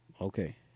Okay